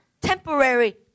temporary